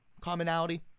commonality